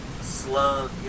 slug